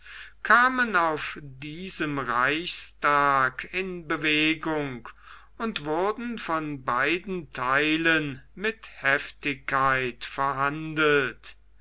kamen auf diesem reichstag in bewegung und wurden von beiden theilen mit heftigkeit verhandelt